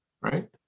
right